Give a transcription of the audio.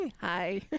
Hi